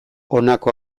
honako